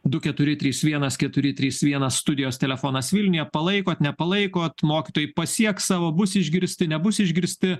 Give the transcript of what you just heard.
du keturi trys vienas keturi trys vienas studijos telefonas vilniuje palaikot nepalaikot mokytojai pasieks savo bus išgirsti nebus išgirsti